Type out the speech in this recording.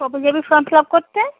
কবে যাবি form fill up করতে